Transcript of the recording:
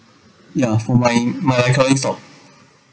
ya for my my current stop